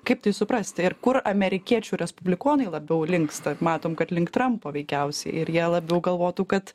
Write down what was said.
kaip tai suprasti ir kur amerikiečių respublikonai labiau linksta matom kad link trampo veikiausiai ir jie labiau galvotų kad